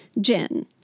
Jen